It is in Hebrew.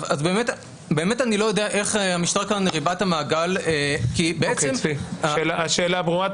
אני לא יודע איך המשטרה כאן ריבעה את המעגל --- השאלה ברורה.